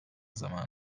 zamanı